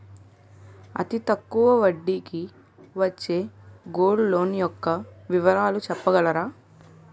అతి తక్కువ వడ్డీ కి వచ్చే గోల్డ్ లోన్ యెక్క వివరాలు చెప్పగలరా?